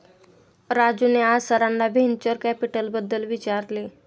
राजूने आज सरांना व्हेंचर कॅपिटलबद्दल विचारले